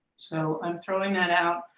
so i'm throwing that out